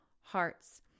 hearts